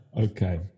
okay